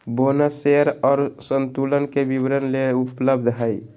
bonus share और संतुलन के वितरण ले उपलब्ध हइ